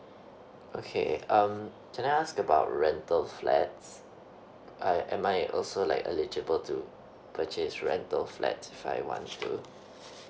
okay um can I ask about rental flats uh am I also like eligible to purchase rental flat if I want to